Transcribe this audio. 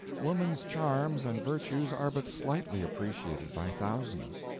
woman's charms and virtues are but slightly appreciated by thousands.